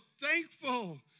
thankful